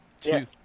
Two